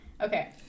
Okay